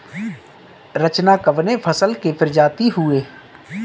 रचना कवने फसल के प्रजाति हयुए?